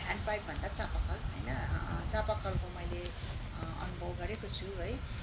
hand pipe भन्दा चापाकल होइन चापाकलको मैले अनुभव गरेको छु है